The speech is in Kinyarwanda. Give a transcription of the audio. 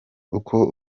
uko